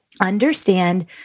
understand